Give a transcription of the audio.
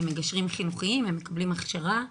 הם מגשרים חינוכיים, הם מקבלים הכשרה מקצועית.